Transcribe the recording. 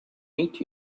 meet